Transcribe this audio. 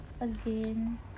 Again